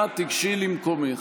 אנא תיגשי למקומך.